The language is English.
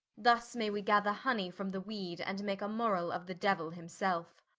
thus may we gather honey from the weed, and make a morall of the diuell himselfe.